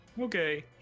Okay